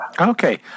Okay